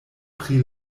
pri